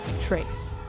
trace